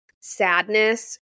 sadness